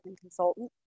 consultant